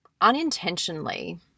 unintentionally